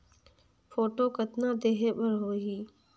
Photo कतना देहें बर होहि?